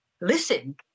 listen